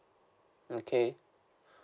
okay